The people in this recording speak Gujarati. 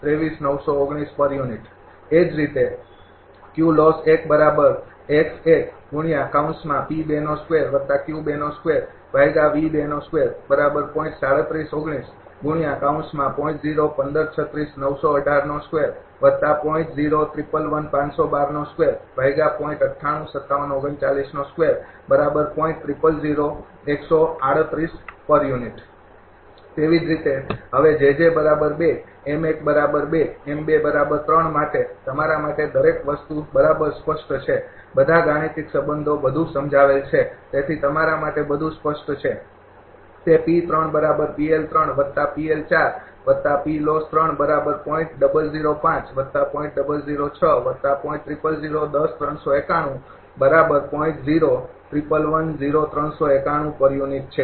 તેવી જ રીતે હવે માટે તમારા માટે દરેક વસ્તુ બરાબર સ્પષ્ટ છે બધા ગાણિતિક સંબંધો બધું સમજાવાયેલ છે